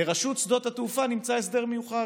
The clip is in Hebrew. לרשות שדות התעופה נמצא הסדר מיוחד,